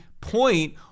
point